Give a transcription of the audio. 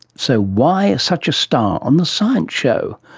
so why such a star on the science show?